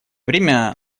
время